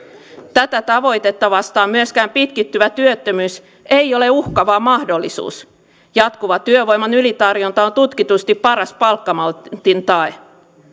tätä tavoitetta vastaan myöskään pitkittyvä työttömyys ei ole uhka vaan mahdollisuus jatkuva työvoiman ylitarjonta on tutkitusti paras palkkamaltin tae